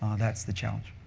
that's the challenge.